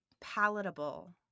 palatable